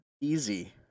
easy